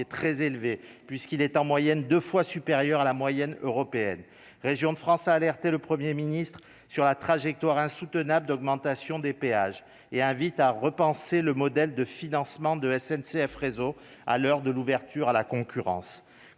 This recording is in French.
est très élevé, puisqu'il est en moyenne 2 fois supérieur à la moyenne européenne, région de France, a alerté le 1er ministre sur la trajectoire insoutenable d'augmentation des péages et invite à repenser le modèle de financement de SNCF, réseau à l'heure de l'ouverture à la concurrence,